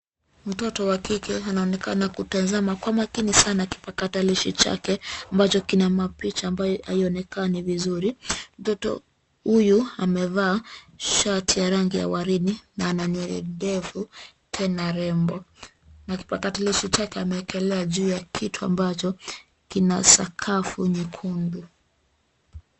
Mtoto wa kike anaonekana kutazama kwa makini sana kipakatalishi chake, ambacho kina mapicha ambayo haionekani vizuri. Mtoto huyu, amevaa shati ya rangi ya waridi, na ana nywele ndefu, tena rembo na kipakatalishi chake ameekelea juu ya kitu ambacho, kina sakafu nyekundu.